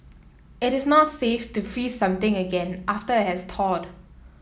it is not safe to freeze something again after it has thawed